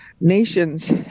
nations